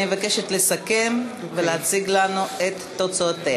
אני מבקשת לסכם ולהציג לנו את התוצאות.